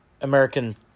American